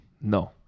no